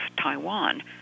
Taiwan